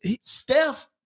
Steph